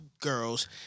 Girls